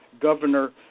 Governor